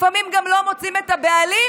לפעמים גם לא מוצאים את הבעלים,